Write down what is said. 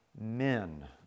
men